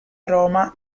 roma